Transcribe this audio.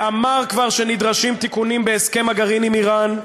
שאמר כבר שנדרשים תיקונים בהסכם הגרעין עם איראן,